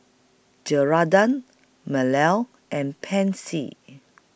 and Pansy